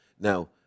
Now